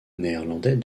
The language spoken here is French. néerlandais